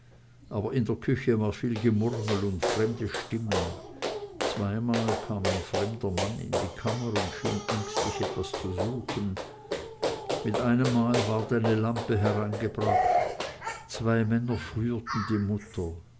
aber in der küche war viel gemurmel und fremde stimmen zweimal kam ein fremder mann in die kammer und schien ängstlich etwas zu suchen mit einemmale ward eine lampe hereingebracht zwei männer führten die mutter